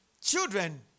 Children